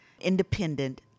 independent